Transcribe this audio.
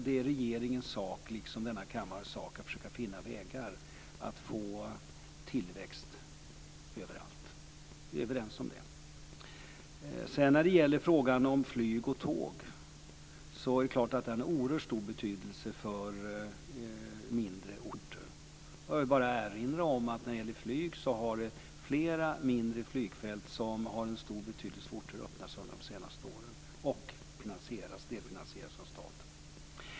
Det är regeringens liksom denna kammares sak att försöka finna vägar att få tillväxt överallt. Vi är överens om det. Sedan har naturligtvis frågan om flyg och tåg en oerhört stor betydelse för mindre orter. När det gäller flyg vill jag bara erinra om att flera mindre flygfält som har en stor betydelse för orter har öppnats under de senaste åren och delfinansierats av staten.